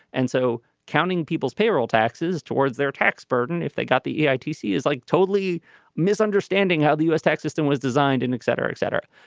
and so counting people's payroll taxes towards their tax burden if they got the itc is like totally misunderstanding how the u s. tax system was designed and etc. etc.